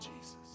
Jesus